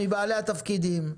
מבעלי התפקידים,